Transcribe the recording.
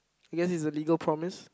I guess it's a legal promise